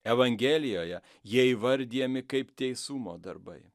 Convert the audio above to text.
evangelijoje jie įvardijami kaip teisumo darbai